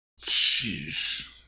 Jeez